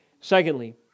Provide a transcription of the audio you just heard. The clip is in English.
Secondly